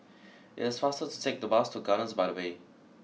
it is faster to take the bus to gardens by the bay